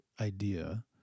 idea